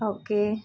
okay